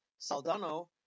Saldano